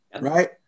right